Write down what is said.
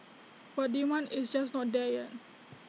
but demand is just not there yet